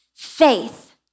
Faith